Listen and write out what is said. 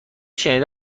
شنیدم